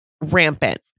rampant